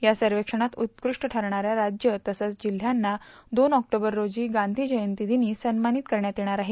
या सर्वेक्षणात उत्कृष्ट ठरणाऱ्या राज्या तसंच जिल्ह्यांना दोन ऑक्टोबर रोजी गांधी जयंतीदिनी सन्मानित करण्यात येणार आहे